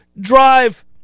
drive